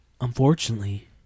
Unfortunately